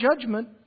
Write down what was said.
judgment